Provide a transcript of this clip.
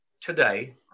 today